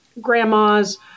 grandmas